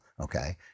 okay